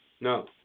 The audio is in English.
No